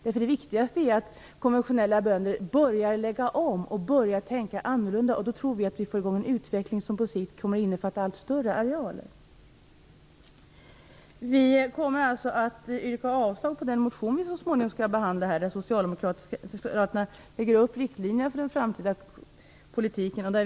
Det viktigaste är att konventionella bönder börjar lägga om och tänka annorlunda. Vi tror att vi då kan få i gång en utveckling som på sikt kommer att innefatta allt större arealer. Vi kommer alltså att yrka avslag på den motion som vi så småningom skall behandla där socialdemokraterna lägger upp riktlinjerna för den framtida politiken.